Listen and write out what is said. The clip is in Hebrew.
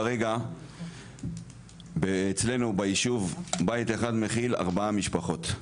כרגע אצלנו ביישוב בית אחד מכיל ארבעה משפחות,